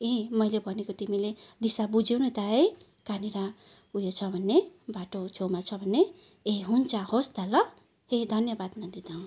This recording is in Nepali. यी मैले भनेको तिमीले दिशा बुझ्यौ नि त है कहाँनिर उयो छ भन्ने बाटो छेउमा छ भन्ने ए हुन्छ होस् त ल ए धन्यवाद नन्दिता अँ